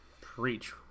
Preach